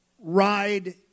ride